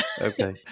okay